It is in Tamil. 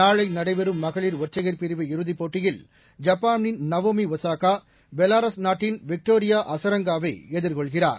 நாளை நடைபெறும் மகளிர் ஒற்றையர் பிரிவு இறுதிப் போட்டியில் ஐப்பாளின் நவோமி ஒசாகா பெலாரஸ் நாட்டின் விக்டோரியா அசரெங்காவை எதிர்கொள்கிறார்